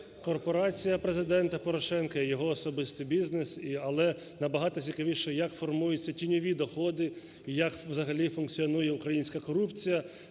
корпорація Президента Порошенка і його особистий бізнес. Але набагато цікавіше, як формуються тіньові доходи і як взагалі функціонує українська корупція.